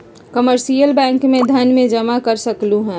commercial bank में धन के जमा कर सकलु हें